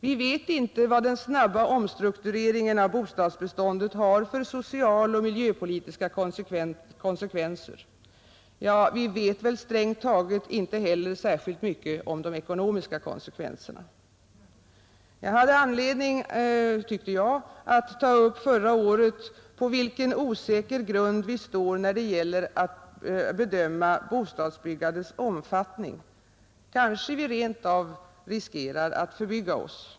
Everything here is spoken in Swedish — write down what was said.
Vi vet inte vad den snabba omstruktureringen av bostadsbeståndet har för sociala och miljöpolitiska konsekvenser. Vi vet väl strängt taget inte särskilt mycket om de ekonomiska konsekvenserna. Jag hade anledning, tyckte jag, att ta upp förra året på vilken osäker grund vi står när det gäller att bedöma bostadsbyggandets omfattning. Kanske vi rent av riskerar att förbygga oss.